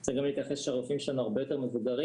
צריך גם להתייחס שהרופאים שלנו הרבה יותר מבוגרים,